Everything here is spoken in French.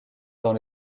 dans